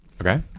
Okay